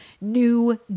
new